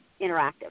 interactive